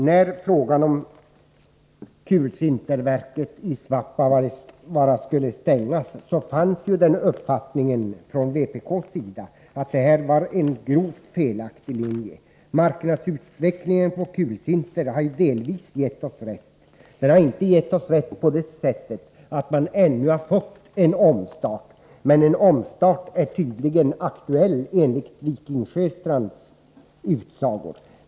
När kulsinterverket i Svappavaara skulle stängas var vpk av den uppfattningen att det var en grovt felaktig linje. Utvecklingen på marknaden för kulsinter har delvis givit oss rätt. Den har inte givit oss rätt på det sättet att vi ännu har fått en omstart, men en sådan är tydligen aktuell, enligt Wiking Sjöstrands utsago.